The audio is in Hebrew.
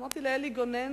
אמרתי לאלי גונן,